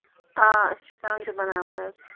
آ أسۍ چھِ کانٛگرِ بَناوان حظ